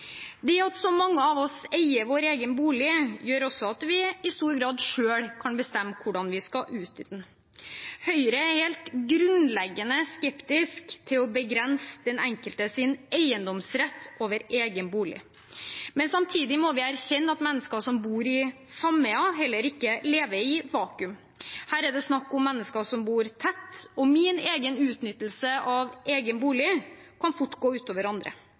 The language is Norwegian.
Det at så mange av oss eier vår egen bolig, gjør også at vi i stor grad selv kan bestemme hvordan vi skal utnytte den. Høyre er grunnleggende skeptisk til å begrense den enkeltes eiendomsrett over egen bolig. Samtidig må vi erkjenne at mennesker som bor i sameier, heller ikke lever i et vakuum. Her er det snakk om mennesker som bor tett, og min utnyttelse av egen bolig kan fort gå utover andre. Derfor har man også andre